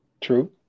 True